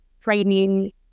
training